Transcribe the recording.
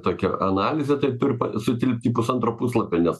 tokia analizė tai turi pa sutilpt į pusantro puslapio nes